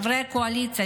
חברי הקואליציה,